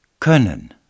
können